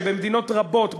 שבמדינות רבות,